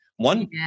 One